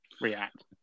react